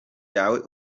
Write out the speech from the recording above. yawe